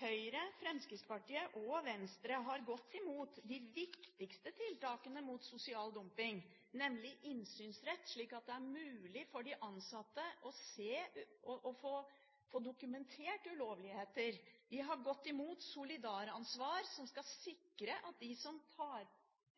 Høyre, Fremskrittspartiet og Venstre har gått mot de viktigste tiltakene mot sosial dumping, nemlig innsynsrett, slik at det er mulig for de ansatte å få dokumentert ulovligheter. De har gått mot solidaransvar, som skal sikre at de som tar